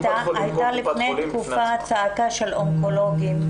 הייתה לפני תקופה צעקה של אונקולוגים,